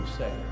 say